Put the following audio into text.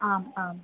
आम् आम्